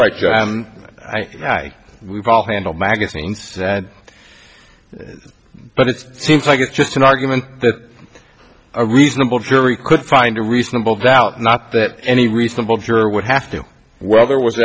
right you and i we've all handled magazines but it's seems like it's just an argument that a reasonable jury could find a reasonable doubt not that any reasonable juror would have to well there was